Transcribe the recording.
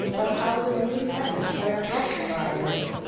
of houses neath heaven, where hrothgar lived,